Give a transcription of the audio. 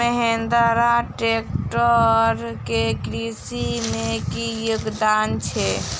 Mahindra tractor केँ कृषि मे की योगदान छै?